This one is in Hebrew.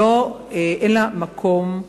אין לה מקום.